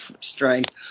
strength